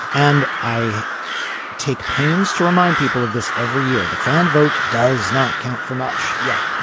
and i take pains to remind people of this every year. the fan vote does not count for much. yeah,